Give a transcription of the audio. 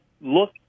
Look